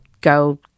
go